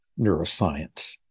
neuroscience